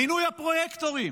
מינוי הפרויקטורים.